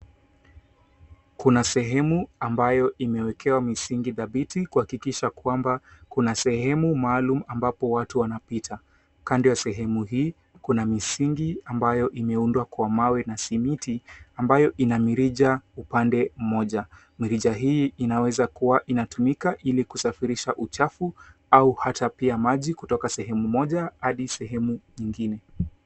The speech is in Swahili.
Kuna sehemu ambayo imewekewa misingi dhabiti kuhakikisha kwamba kuna sehemu maaluma mabpo watu wanapita. Kando ya sehemu hii, kuna misingi amabyo imeundwa kwa mawe na simiti amabyo ina mirija upande mmoja. Mirija hii inawezakuwa inatumika ili kusafirisha uchafu au hata pia maji kutoka sehemu moja hadi sehemu nyingine.